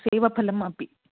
सेवफलम् अपि